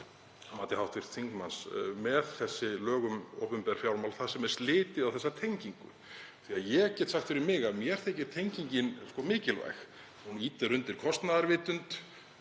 að mati hv. þingmanns með þessi lög um opinber fjármál þar sem þessi tenging er slitin. Ég get sagt fyrir mig að mér þykir tengingin mikilvæg. Hún ýtir undir kostnaðarvitund